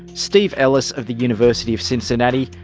steve ellis of the university of cincinnati,